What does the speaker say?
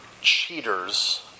cheaters